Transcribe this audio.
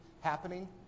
happening